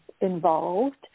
involved